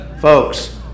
Folks